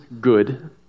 good